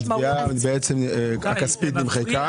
בעצם התביעה הכספית נסגרה.